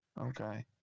Okay